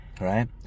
right